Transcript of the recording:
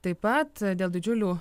taip pat dėl didžiulių